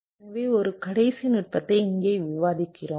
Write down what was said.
எனவே ஒரு கடைசி நுட்பத்தை இங்கே விவாதிக்கிறோம்